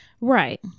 Right